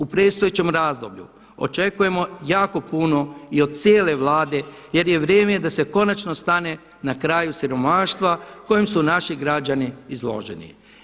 U predstojećem razdoblju očekujemo jako puno i od cijele Vlade jer je vrijeme da se konačno stane na kraj siromaštvu kojem su naši građani izloženi.